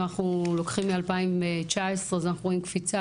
אם אנחנו לוקחים מ-2019 אז אנחנו רואים קפיצה,